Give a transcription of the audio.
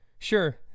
Sure